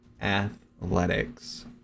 athletics